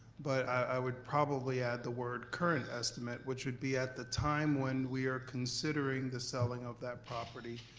but i would probably add the word current estimate, which would be at the time when we are considering the selling of that property.